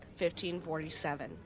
1547